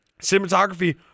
Cinematography